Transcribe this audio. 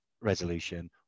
resolution